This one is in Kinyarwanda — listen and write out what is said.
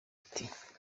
ati